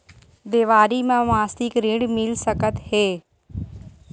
देवारी म मासिक ऋण मिल सकत हे?